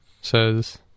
says